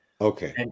Okay